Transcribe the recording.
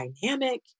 dynamic